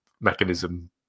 mechanism